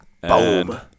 Boom